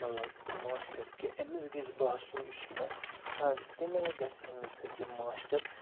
مطلب ماسٹَر کہِ أمِس گژھِ باسُن یہِ چھُ مےٚ فرٛنٛڈ تمہِ آیہِ گژھِ امہِ سۭتۍ یہِ ماسٹَر